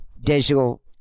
digital